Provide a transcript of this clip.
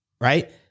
right